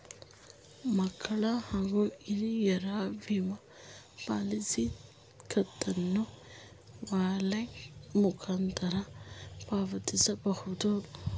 ಮಕ್ಕಳ ಹಾಗೂ ಹಿರಿಯರ ವಿಮಾ ಪಾಲಿಸಿ ಕಂತನ್ನು ವ್ಯಾಲೆಟ್ ಮುಖಾಂತರ ಪಾವತಿಸಬಹುದೇ?